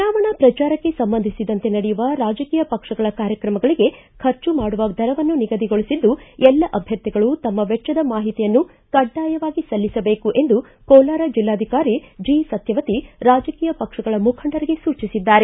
ಚುನಾವಣಾ ಶ್ರಚಾರಕ್ಕೆ ಸಂಬಂಧಿಸಿದಂತೆ ನಡೆಯುವ ರಾಜಕೀಯ ಪಕ್ಷಗಳ ಕಾರ್ಯಕ್ರಮಗಳಿಗೆ ಖರ್ಚು ಮಾಡುವ ದರವನ್ನು ನಿಗದಿಗೊಳಿಸಿದ್ದು ಎಲ್ಲಾ ಅಭ್ಯರ್ಥಿಗಳು ತಮ್ಮ ವೆಜ್ವದ ಮಾಹಿತಿಯನ್ನು ಕಡ್ಡಾಯವಾಗಿ ಸಲ್ಲಿಸಬೇಕು ಎಂದು ಕೋಲಾರ ಜಿಲ್ಲಾಧಿಕಾರಿ ಜಿಸತ್ತವತಿ ರಾಜಕೀಯ ಪಕ್ಷಗಳ ಮುಖಂಡರಿಗೆ ಸೂಚಿಸಿದ್ದಾರೆ